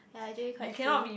ya actually quite true